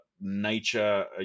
nature